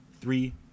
three